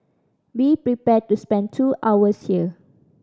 be prepared to spend two hours here